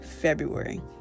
February